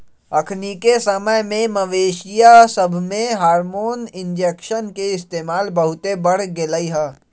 अखनिके समय में मवेशिय सभमें हार्मोन इंजेक्शन के इस्तेमाल बहुते बढ़ गेलइ ह